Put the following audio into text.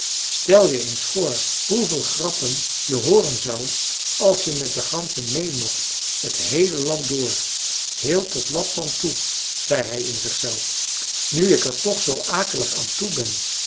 stel je eens voor hoeveel grappen je hooren zou als je met de ganzen meê mocht t heele land door heel tot lapland toe zei hij in zichzelf nu ik er toch zoo akelig aan toe ben